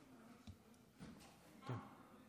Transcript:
בבקשה.